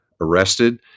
arrested